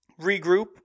regroup